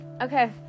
Okay